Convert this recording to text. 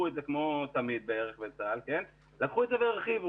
לקחו את זה כמו תמיד בערך, לקחו והרחיבו.